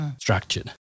structured